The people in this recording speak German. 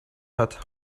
hat